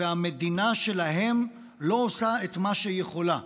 והמדינה שלהם לא עושה את מה שהיא יכולה.